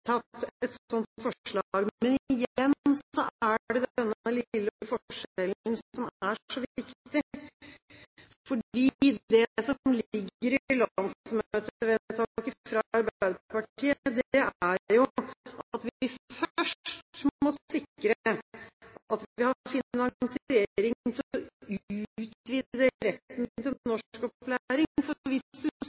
et sånt forslag – men igjen er det denne lille forskjellen som er så viktig: Det som ligger i landsmøtevedtaket fra Arbeiderpartiet, er at vi først må sikre at vi har finansiering til å utvide retten til norskopplæring. For